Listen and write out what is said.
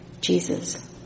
Jesus